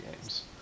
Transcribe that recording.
games